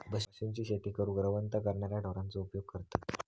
पशूंची शेती करूक रवंथ करणाऱ्या ढोरांचो उपयोग करतत